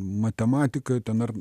matematika ten ar